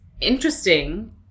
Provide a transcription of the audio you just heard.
interesting